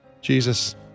Jesus